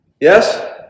Yes